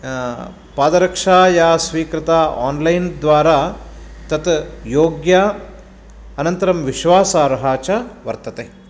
पादरक्षा या स्वीकृता आन्लैन् द्वारा तत् योग्या अनन्तरं विश्वासार्हा च वर्तते